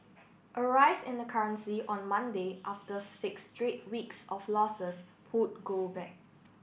a rise in the currency on Monday after six straight weeks of losses pulled gold back